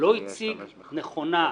לא הציג נכונה,